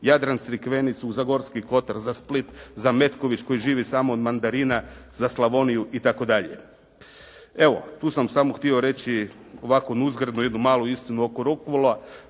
Jadran, Crikvenicu, za Gorski Kotar, za Split, za Metković koji živi samo od mandarina, za Slavoniju itd. Evo, tu sam samo htio reći ovako nuzgredno jednu malu istinu oko Rockwoola.